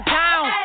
down